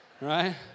Right